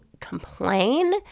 complain